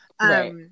Right